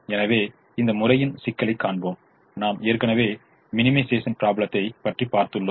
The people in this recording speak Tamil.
எனவே இந்த முறையின் சிக்கலை காண்போம் நாம் ஏற்கனவே மினிமைசேஷன் ப்ராப்லதை பற்றி பார்த்துள்ளோம்